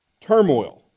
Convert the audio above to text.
turmoil